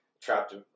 trapped